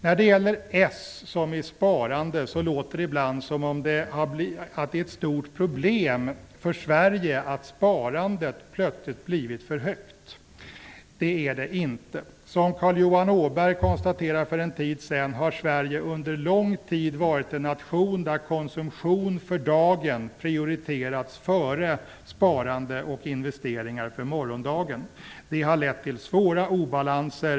När det gäller S som i sparande låter det ibland som att det är ett stort problem för Sverige att sparandet plötsligt blivit för högt. Det är det inte. Som Carl Johan Åberg konstaterade för en tid sedan har Sverige under lång tid varit en nation där konsumtion för dagen prioriterats före sparande och investeringar för morgondagen. Det har lett till svåra obalanser.